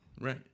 Right